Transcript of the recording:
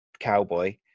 Cowboy